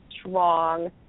strong